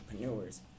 entrepreneurs